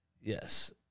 Yes